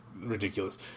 ridiculous